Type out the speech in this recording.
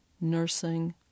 nursing